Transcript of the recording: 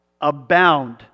Abound